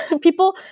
People